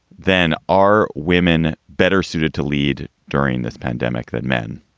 then, are women better suited to lead during this pandemic than men?